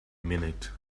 minute